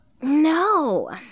No